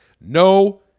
No